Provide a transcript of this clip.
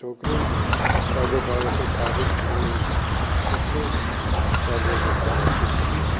अऊं छोकरियूं पांजे पाण खे साबित करे सुठो पांजो मकम हासिल कयो आ